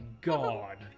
god